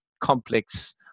complex